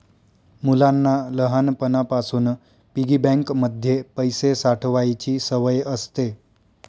मुलांना लहानपणापासून piggy bank मध्ये पैसे साठवायची सवय असते